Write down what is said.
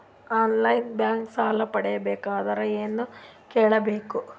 On line bank ಸಾಲ ಪಡಿಬೇಕಂದರ ಎಲ್ಲ ಕೇಳಬೇಕು?